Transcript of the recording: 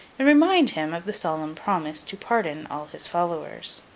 and remind him of the solemn promise to pardon all his followers.